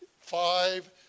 Five